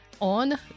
on